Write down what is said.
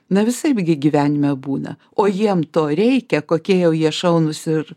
na visaip gi gyvenime būna o jiem to reikia kokie jau jie šaunūs ir